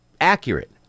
accurate